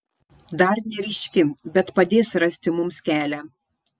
dar neryški bet padės rasti mums kelią